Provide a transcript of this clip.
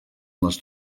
les